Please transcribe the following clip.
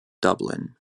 dublin